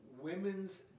women's